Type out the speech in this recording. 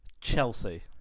Chelsea